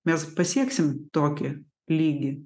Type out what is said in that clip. mes pasieksim tokį lygį